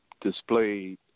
displayed